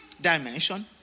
dimension